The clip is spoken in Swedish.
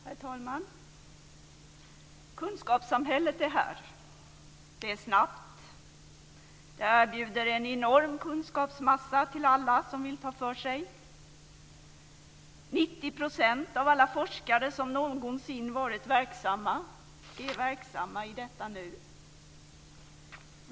Herr talman! Kunskapssamhället är här. Det är snabbt. Det erbjuder en enorm kunskapsmassa till alla som vill ta för sig. 90 % av alla forskare som någonsin varit verksamma är nu verksamma i detta.